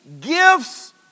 gifts